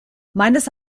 meines